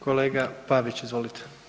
Kolega Pavić izvolite.